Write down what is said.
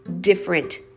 different